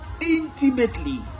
intimately